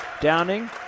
Downing